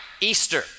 Easter